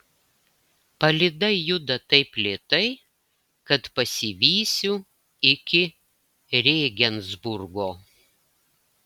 palyda juda taip lėtai kad pasivysiu iki rėgensburgo